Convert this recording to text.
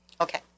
Okay